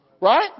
Right